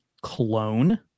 clone